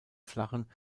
flachen